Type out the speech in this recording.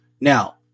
Now